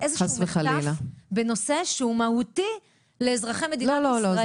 איזשהו מחטף בנושא שהוא מהותי לאזרחי מדינת ישראל.